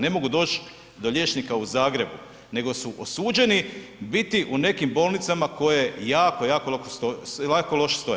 Ne mogu doći do liječnika u Zagrebu, nego su osuđeni biti u nekim bolnicama koje jako, jako loše stoje.